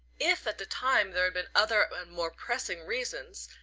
if, at the time, there had been other and more pressing reasons,